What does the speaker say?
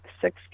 six